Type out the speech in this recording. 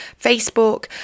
Facebook